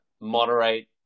moderate